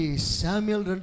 Samuel